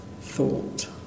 thought